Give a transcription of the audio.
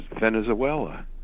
Venezuela